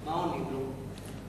מה עונים לו?